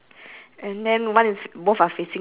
I mean like what is the difference in our pictures ah